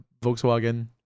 Volkswagen